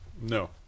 No